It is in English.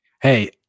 Hey